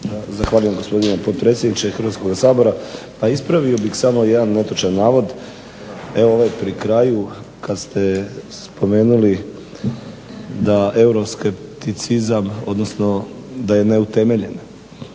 Zahvaljujem gospodine potpredsjedniče Hrvatskoga sabora. Pa ispravio bih samo jedan netočan navod, evo ovaj pri kraju, kad ste spomenuli da euroskepticizam odnosno da je neutemeljen.